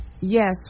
Yes